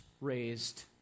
Raised